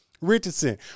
Richardson